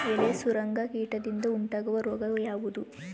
ಎಲೆ ಸುರಂಗ ಕೀಟದಿಂದ ಉಂಟಾಗುವ ರೋಗ ಯಾವುದು?